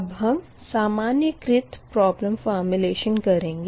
अब हम सामन्यीकृत प्रोबलेम फ़ोरम्युलेशन करेंगे